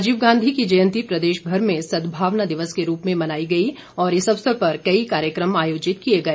राजीव गांधी की जयंती प्रदेशमर में सदमावना दिवस के रूप में मनाई गई और इस अवसर पर कई कार्यक्र म आयोजित किए गए